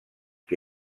que